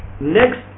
next